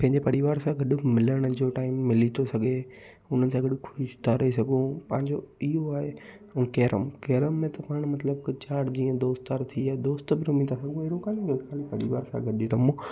पंहिंजे परिवार सां गॾु मिलण जो टाइम मिली थो सघे उन्हनि सां गॾु ख़ुशि था रही सघूं पंहिंजो इहो आहे केरम केरम में त पाण मतिलब कंहिं चारि जीअं दोस्तार थी विया दोस्त बि रमी था सघूं हू अहिड़ो कोन्हे जो ख़ाली परिवार सां गॾु ई रमूं